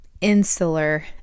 insular